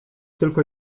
tylko